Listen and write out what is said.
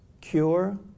cure